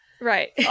right